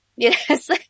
Yes